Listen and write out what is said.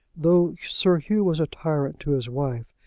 though sir hugh was a tyrant to his wife,